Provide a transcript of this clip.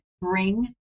bring